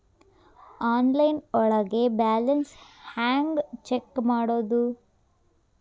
Online ಒಳಗೆ balance ಹ್ಯಾಂಗ check ಮಾಡೋದು?